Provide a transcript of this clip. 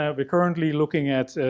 ah but currently looking at.